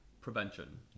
prevention